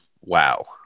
wow